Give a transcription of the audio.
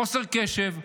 חוסר קשב,